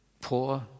Poor